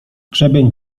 grzebień